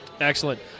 Excellent